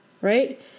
right